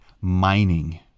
mining